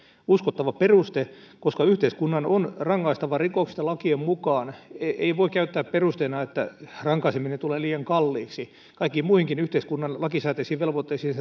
uskottava peruste koska yhteiskunnan on rangaistava rikoksista lakien mukaan ei voi käyttää perusteena sitä että rankaiseminen tulee liian kalliiksi kaikkiin muihinkin yhteiskunnan lakisääteisiin velvoitteisiin